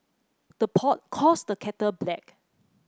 the pot calls the kettle black